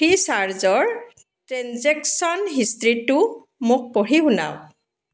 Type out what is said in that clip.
ফ্ৰীচাৰ্জৰ ট্ৰেঞ্জেকশ্যন হিষ্ট্ৰীটো মোক পঢ়ি শুনাওক